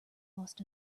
lost